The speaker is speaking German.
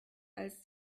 als